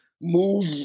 move